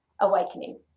awakening